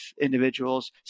individuals